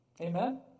Amen